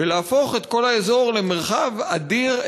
ולהפוך את כל האזור למרחב אדיר,